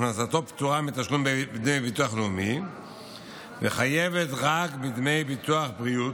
הכנסתו פטורה מדמי ביטוח לאומי וחייבת רק בדמי ביטוח בריאות.